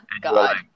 God